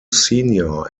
senior